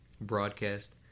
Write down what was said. Broadcast